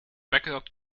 backup